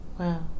Wow